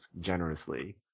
generously